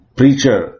Preacher